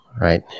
right